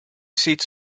seats